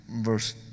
verse